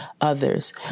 others